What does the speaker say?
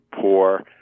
poor